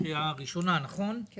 בקריאה ראשונה כי